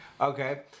Okay